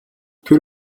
тэр